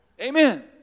Amen